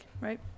right